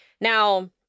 Now